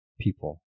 people